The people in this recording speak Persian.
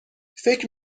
فکر